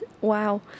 Wow